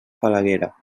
falaguera